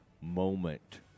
moment